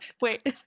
Wait